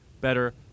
better